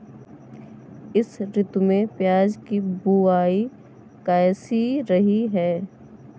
इस ऋतु में प्याज की बुआई कैसी रही है?